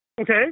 Okay